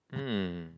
hmm